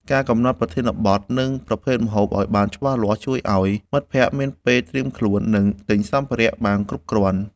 ការកំណត់ប្រធានបទ និងប្រភេទម្ហូបឱ្យបានច្បាស់លាស់ ជួយឱ្យមិត្តភក្តិមានពេលត្រៀមខ្លួន និងទិញសម្ភារៈបានគ្រប់គ្រាន់។